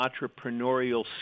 entrepreneurial